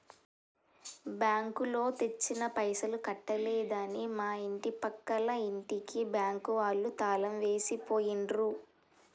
బ్యాంకులో తెచ్చిన పైసలు కట్టలేదని మా ఇంటి పక్కల ఇంటికి బ్యాంకు వాళ్ళు తాళం వేసి పోయిండ్రు